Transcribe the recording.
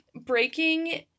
breaking